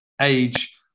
age